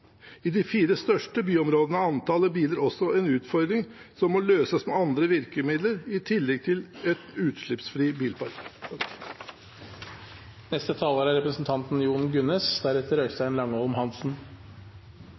I de fire største byområdene er antallet biler også en utfordring som må løses med andre virkemidler, i tillegg til en utslippsfri bilpark. I Norge setter vi verdensrekord nesten hver måned, og det er